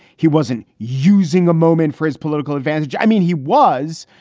he wasn't using a moment for his political advantage. i mean, he was.